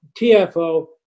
TFO